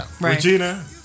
Regina